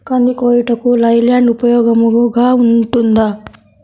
కంది కోయుటకు లై ల్యాండ్ ఉపయోగముగా ఉంటుందా?